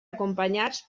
acompanyats